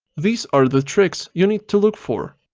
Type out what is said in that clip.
these are the tricks you need to look for.